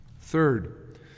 Third